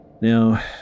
Now